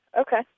Okay